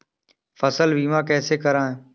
फसल बीमा कैसे कराएँ?